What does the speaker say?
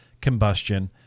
combustion